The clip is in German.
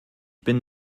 bin